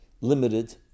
limited